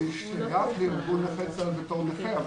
אני שותף לארגון נכי צה"ל בתור נכה,